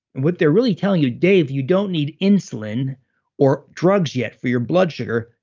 what they're really telling you dave, you don't need insulin or drugs yet for your blood sugar.